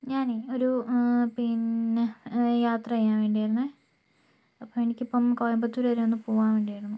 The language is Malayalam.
ഞാനേ ഒരു പിന്നെ ഒരു യാത്ര ചെയ്യാൻ വേണ്ടിയായിരുന്നേ അപ്പോൾ എനിക്കിപ്പോൾ കോയമ്പത്തൂർ വരെ ഒന്ന് പോവാൻ വേണ്ടിയായിരുന്നു